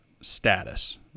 status